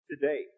today